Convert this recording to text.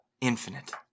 infinite